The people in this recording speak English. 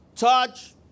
Touch